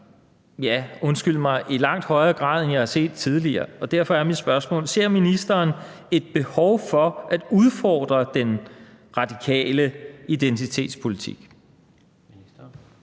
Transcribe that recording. ja, undskyld mig, i langt højere grad, end jeg har set tidligere, og derfor er mit spørgsmål: Ser ministeren et behov for at udfordre den radikale identitetspolitik?